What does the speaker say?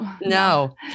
No